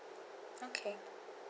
okay